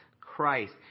Christ